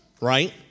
right